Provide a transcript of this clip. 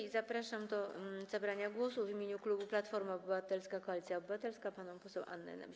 I zapraszam do zabrania głosu w imieniu klubu Platforma Obywatelska - Koalicja Obywatelska panią poseł Annę Nemś.